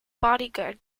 bodyguard